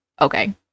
okay